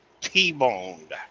T-boned